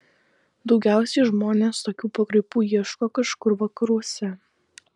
daugiausiai žmonės tokių pakraipų ieško kažkur vakaruose